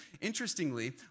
Interestingly